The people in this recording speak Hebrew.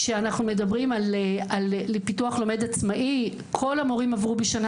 כשאנחנו מדברים על פיתוח לומד עצמאי כל המורים עברו בשנה